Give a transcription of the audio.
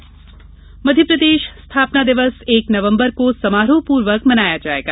स्थापना दिवस मध्यप्रदेश स्थापना दिवस एक नवम्बर को समारोह पूर्वक मनाया जायेगा